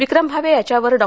विक्रम भावे यांच्यावर डॉ